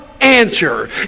answer